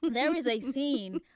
there is a scene.